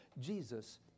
Jesus